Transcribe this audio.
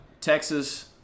Texas